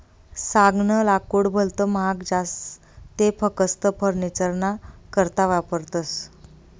सागनं लाकूड भलत महाग जास ते फकस्त फर्निचरना करता वापरतस